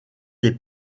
des